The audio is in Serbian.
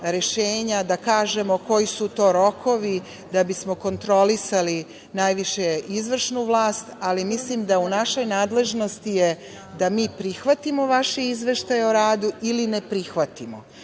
da kažemo koji su to rokovi, da bismo kontrolisali najviše izvršnu vlast, ali mislim da je u našoj nadležnosti da mi prihvatimo vaše izveštaje o radu ili ne prihvatimo.